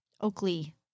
Oakley